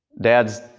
Dad's